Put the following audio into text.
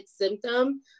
symptom